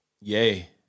yay